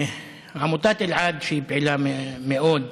בעמותת אלעד, שהיא פעילה מאוד באזור,